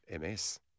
MS